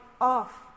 off